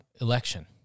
election